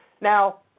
Now